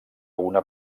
una